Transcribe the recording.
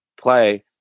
play